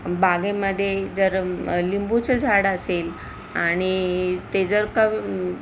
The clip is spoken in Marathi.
बागेमध्ये जर लिंबूचं झाड असेल आणि ते जर का